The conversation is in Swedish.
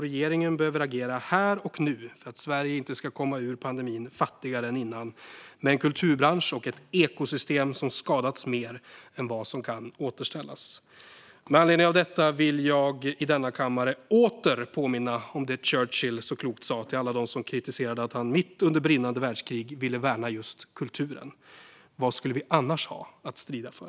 Regeringen behöver agera här och nu för att Sverige inte ska komma ur pandemin fattigare än innan med en kulturbransch och ett ekosystem som skadats mer än vad som kan återställas. Med anledning av detta vill jag i denna kammare åter påminna om det Churchill så klokt sa till alla dem som kritiserade att han mitt under brinnande världskrig ville värna just kulturen: Vad skulle vi annars ha att strida för?